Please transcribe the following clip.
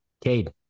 Cade